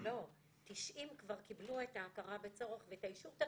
90 כבר קיבלו את ההכרה בצורך ואת האישור.